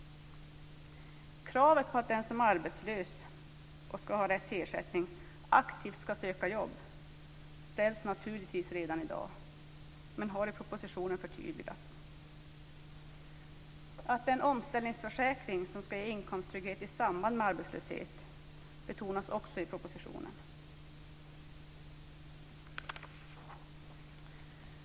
Kravet på att den som är arbetslös och ska ha rätt till ersättning aktivt ska söka jobb ställs naturligtvis redan i dag men har i propositionen förtydligats. Det betonas också i propositionen att det är en omställningsförsäkring som ska ge inkomsttrygghet i samband med arbetslöshet.